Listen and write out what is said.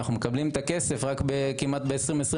אנחנו מקבלים את הכסף רק כמעט ב-2024,